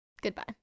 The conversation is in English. goodbye